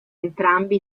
entrambi